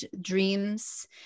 dreams